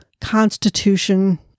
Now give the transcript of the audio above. constitution